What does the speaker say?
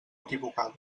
equivocada